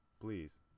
Please